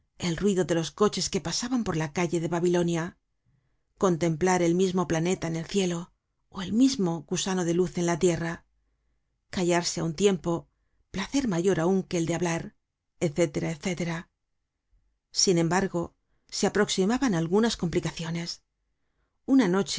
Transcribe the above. el ruido de los coches que pasaban por la calle de babilonia contemplar el mismo planeta en el cielo ó el mismo gusano de luz en la tierra callarse á un tiempo placer mayor aun que el de hablar etc etc sin embargo se aproximaban algunas complicaciones una noche